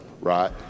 right